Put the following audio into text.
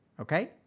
Okay